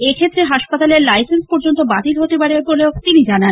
এক্ষেত্রে লাইসেন্স পর্যন্ত বাতিল হতে পারে বলে তিনি জানান